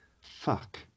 Fuck